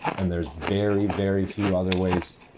and there's very, very few other ways